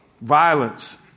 violence